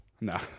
No